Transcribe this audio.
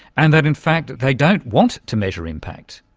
and that in fact they don't want to measure impact.